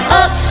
up